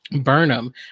Burnham